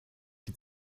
die